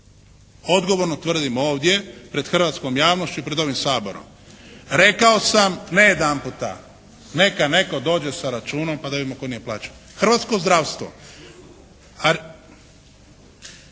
Odgovorno tvrdim ovdje pred hrvatskom javnošću i pred ovim Saborom. Rekao sam ne jedanputa neka netko dođe sa računom pa da vidimo tko nije plaćao? Hrvatsko zdravstvo. … /Govornik